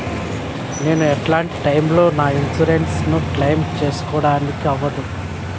నేను ఎట్లాంటి టైములో నా ఇన్సూరెన్సు ను క్లెయిమ్ సేసుకోవడానికి అవ్వదు?